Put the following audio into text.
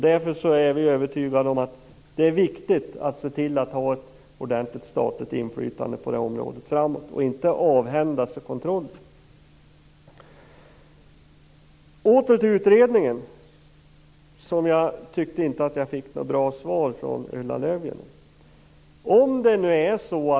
Därför är det viktigt att se till att det finns ett ordentligt statligt inflytande på det här området framöver. Det går inte att avhända sig den kontrollen. Jag tycker inte att jag fick ett bra svar från Ulla Löfgren när det gäller utredningen.